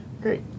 Great